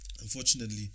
Unfortunately